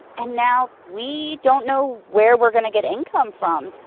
and now we don't know where we're gonna get income from.